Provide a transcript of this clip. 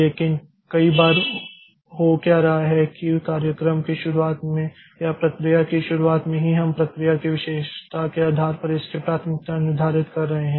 लेकिन कई बार हो क्या रहा है कि कार्यक्रम की शुरुआत में या प्रक्रिया की शुरुआत में ही हम प्रक्रिया की विशेषता के आधार पर इसकी प्राथमिकता निर्धारित कर रहे हैं